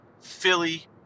Philly